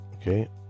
okay